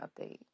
update